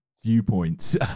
viewpoints